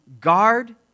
guard